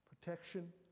Protection